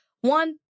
one